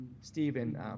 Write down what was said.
Stephen